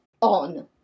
on